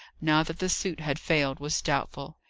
now that the suit had failed, was doubtful.